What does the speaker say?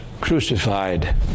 crucified